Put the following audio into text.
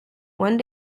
one